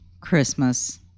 Christmas